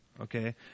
Okay